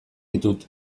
ditut